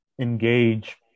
engage